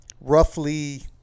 roughly